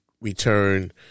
return